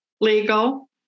legal